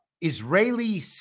Israeli